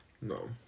No